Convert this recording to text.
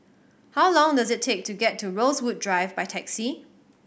how long does it take to get to Rosewood Drive by taxi